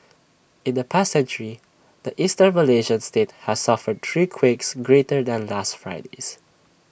in the past century the Eastern Malaysian state has suffered three quakes greater than last Friday's